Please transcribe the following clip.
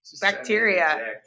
Bacteria